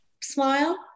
Smile